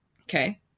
Okay